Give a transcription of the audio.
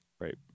Right